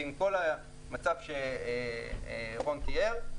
ועם כל המצב שרון תיאר,